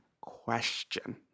question